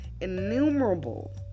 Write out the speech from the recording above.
innumerable